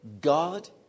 God